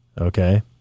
Okay